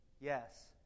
Yes